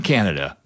Canada